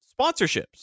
sponsorships